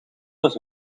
was